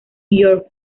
york